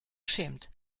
schämt